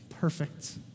perfect